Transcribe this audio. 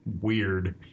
weird